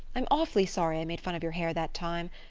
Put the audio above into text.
i'm awfully sorry i made fun of your hair that time.